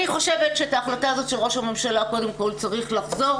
אני חושבת שאת ההחלטה הזאת של ראש הממשלה קודם כל צריך לשנות,